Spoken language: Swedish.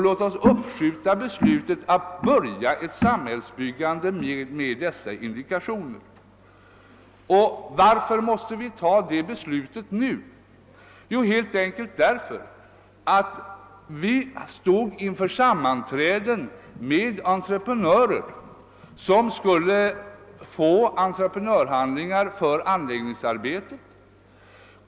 Låt oss uppskjuta beslutet att börja ett samhällsbyggande tills vi fått större säkerhet. Vi måste fatta detta beslut snabbt därför att vi stod inför sammanträden med entreprenörer, som skulle få entreprenadhandlingar för anläggningsarbetena.